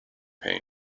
pain